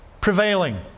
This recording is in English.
prevailing